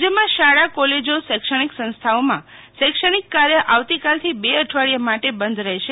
રાજ્યમાં શાળા કોલેજો શૈક્ષણિક સંસ્થાઓમાં શૈક્ષણિક કાર્ય આવતીકાલથી બે અઠવાડિયા માટે બંધ રહેશે